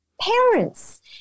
parents